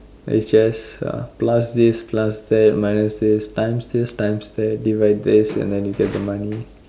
it's just plus this plus that minus this times this times that divide this and then you get the money